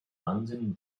london